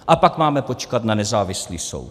A pak máme počkat na nezávislý soud.